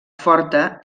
forta